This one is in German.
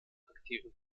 aktiven